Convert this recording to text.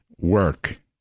Work